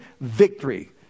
Victory